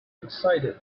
excited